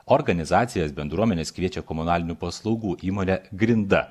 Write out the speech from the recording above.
organizacijas bendruomenes kviečia komunalinių paslaugų įmonė grinda